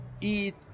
eat